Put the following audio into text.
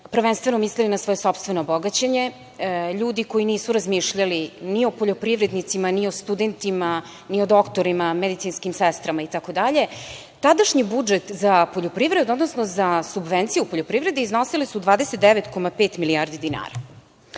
prvenstveno mislili na svoje sopstveno bogaćenje, ljudi koji nisu razmišljali ni o poljoprivrednicima, ni o studentima, ni o doktorima, medicinskim sestrama itd. Tadašnji budžet za poljoprivredu, odnosno za subvencije u poljoprivredi iznosili su 29,5 milijardi dinara.